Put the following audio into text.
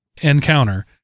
encounter